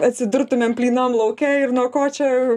atsidurtumėm plynam lauke ir nuo ko čia